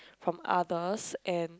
from others and